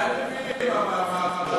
אולי תיתני לי לומר משהו?